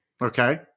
Okay